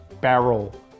barrel